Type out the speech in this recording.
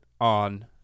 on